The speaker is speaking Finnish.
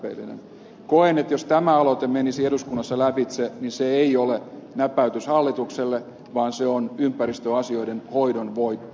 koen että jos tämä aloite menisi eduskunnassa lävitse niin se ei ole näpäytys hallitukselle vaan se on ympäristöasioiden hoidon voitto